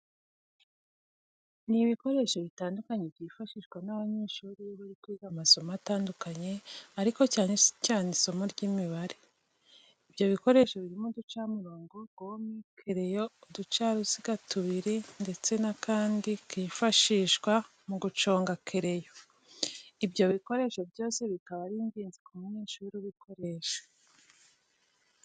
Ni ibikoresho bitandukanye byifashishwa n'abanyeshuri iyo bari kwiga amasomo atandukanye ariko cyane cyane isimo ry'Imibare. Ibyo bikoresho birimo uducamirongo, gome, kereyo, uducaruziga tubiri ndetse n'akandi kifashishwa mu guconga kereyo. Ibyo bikoresho byose bikaba ari ingenzi ku munyeshuri ubikoresha.